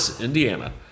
Indiana